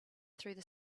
through